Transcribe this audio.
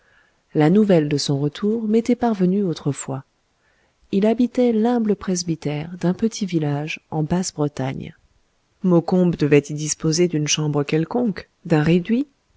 la nouvelle de son retour m'était parvenue autrefois il habitait l'humble presbytère d'un petit village en basse bretagne maucombe devait y disposer d'une chambre quelconque d'un réduit